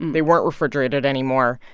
they weren't refrigerated anymore.